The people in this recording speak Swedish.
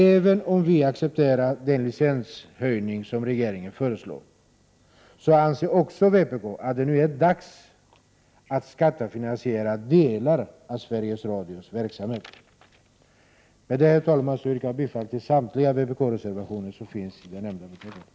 Även om vi accepterar den licenshöjning som regeringen föreslår, anser vpk att det nu är dags att skattefinansiera delar av Sveriges Radios verksamhet. Med detta, herr talman, yrkar jag bifall till samtliga vpk-reservationer som är fogade till detta betänkande.